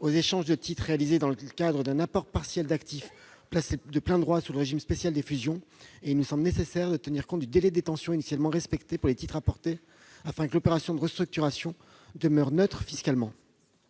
aux échanges de titres réalisés dans le cadre d'un apport partiel d'actif placé de plein droit sous le régime spécial des fusions. Il paraît en effet nécessaire de tenir compte du délai de détention initialement respecté pour des titres apportés, afin que l'opération de restructuration demeure neutre fiscalement.